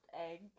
egg